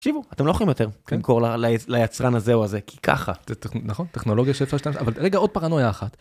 תקשיבו, אתם לא יכולים יותר למכור ליצרן הזה או הזה כי ככה. נכון טכנולוגיה שאפשר להשתמש בה. רגע עוד פרנויה אחת.